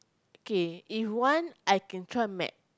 okay if one I can try matte